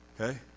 okay